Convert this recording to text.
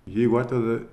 jeigu atveda